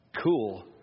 cool